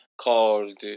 Called